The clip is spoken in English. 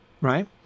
Right